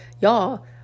y'all